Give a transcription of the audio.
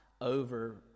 over